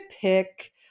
pick